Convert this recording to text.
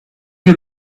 you